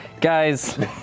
Guys